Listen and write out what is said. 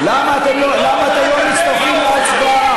אנחנו, למה אתם לא מצטרפים להצבעה?